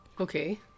okay